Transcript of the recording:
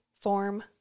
form